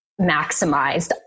maximized